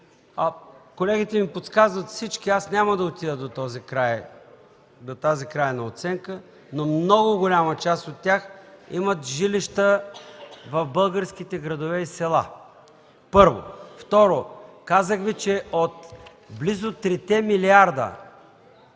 Колегите ми подсказват – всички, аз няма да отида до тази крайна оценка. Много голяма част от тях имат жилища в българските градове и села. Второ, казах Ви, че от близо трите милиарда,